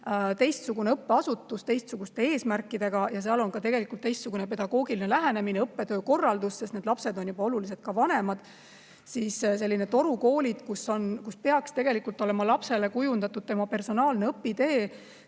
teistsugune õppeasutus teistsuguste eesmärkidega ja seal on õppetöö korraldusele teistsugune pedagoogiline lähenemine, sest need lapsed on juba oluliselt vanemad. Sellised torukoolid, kus peaks tegelikult olema lapsele kujundatud tema personaalne õpitee